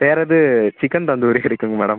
வேறெதும் chicken tandoori இருக்குதுங்க madam